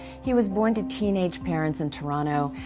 he was born to teenage parents in toronto.